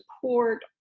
support